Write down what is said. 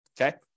Okay